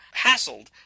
hassled